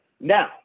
Now